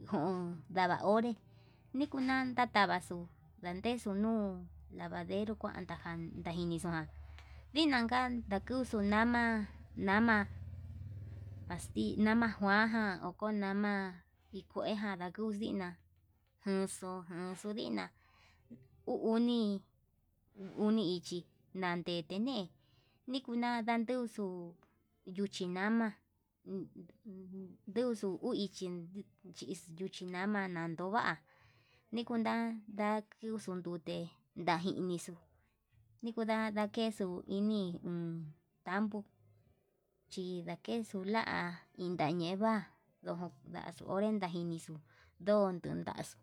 njun ndada onré, nikunan tataxuu ndandexu nuu alavaderó kuan ndajan tainixuján vinanka, njuan ndinaka kuxu nama nama naxti nama kuan ján ko'o nama ndixkueján ndakuu kuina, jenxu jenxu ndina uu uni uu uni ichí yande ne'e nikuna ndanduxu nduchi nama nduxu nuu ichí yix nuchi nama yandova'a, nikuna ndandiuxu nute ndajinixu nikuda ndakexu ini uun tambo chi lakexuu la'a intañeva, ndo ndaxuu onré ndajinixu ndó uun ndaxuu.